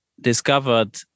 discovered